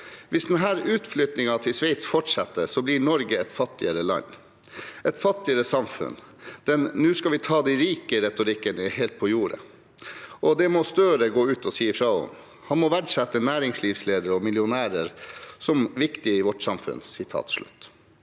«Hvis denne utflyttingen til Sveits fortsetter, så blir Norge et fattigere land, et fattigere samfunn. Den «nå skal vi ta de rike»-retorikken, er helt på jordet. Og det må Støre gå ut og si ifra om. Han må verdsette næringslivsledere og millionærer som viktige i vårt samfunn.»